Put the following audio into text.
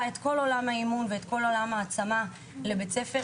את כל עולם האימון וההעצמה לבית הספר.